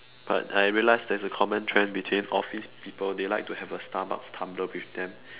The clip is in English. but I realised there's a common trend between office people they like to have a starbucks tumbler with them